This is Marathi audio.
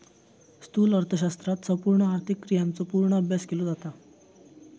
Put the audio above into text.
स्थूल अर्थशास्त्रात संपूर्ण आर्थिक क्रियांचो पूर्ण अभ्यास केलो जाता